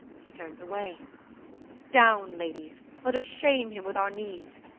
he turns away down, ladies let us shame him with our knees.